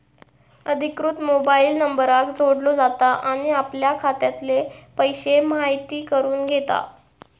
अधिकृत मोबाईल नंबराक जोडलो जाता आणि आपले खात्यातले पैशे म्हायती करून घेता